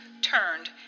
turned